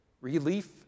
relief